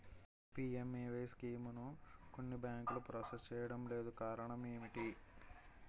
PMAY స్కీమును కొన్ని బ్యాంకులు ప్రాసెస్ చేయడం లేదు కారణం ఏమిటి?